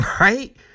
Right